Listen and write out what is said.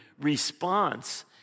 response